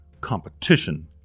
competition